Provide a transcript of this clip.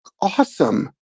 Awesome